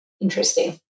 Interesting